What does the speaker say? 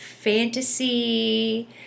fantasy